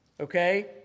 Okay